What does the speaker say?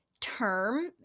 term